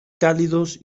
cálidos